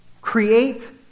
create